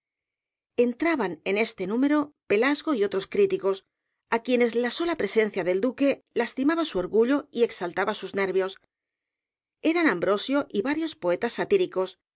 entraban en este número pelasgo y otros críticos á quienes la sola presencia del duque lastimaba su orgullo y exaltaba sus nervios eran ambrosio y varios poetas satíricos